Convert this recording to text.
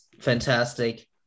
fantastic